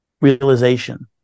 realization